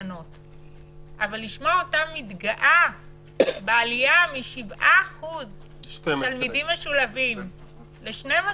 אבל לשמוע אותה מתגאה בעלייה מ-7% תלמידים משולבים ל-12%,